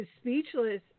Speechless